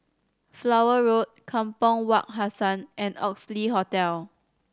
Flower Road Kampong Wak Hassan and Oxley Hotel